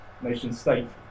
nation-state